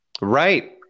Right